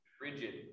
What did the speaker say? rigid